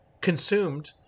consumed